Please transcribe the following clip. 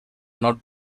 not